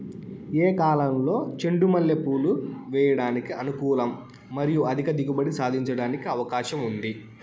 ఏ కాలంలో చెండు మల్లె పూలు వేయడానికి అనుకూలం మరియు అధిక దిగుబడి సాధించడానికి అవకాశం ఉంది?